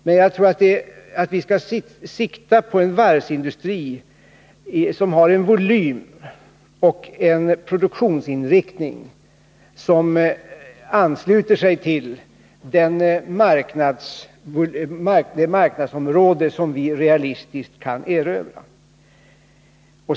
Men jag tror att vi skall sikta på en varvsindustri som har en volym och en produktionsinriktning som ansluter sig till det marknadsområde som vi realistiskt sett kan erövra.